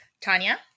Tanya